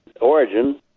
origin